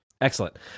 excellent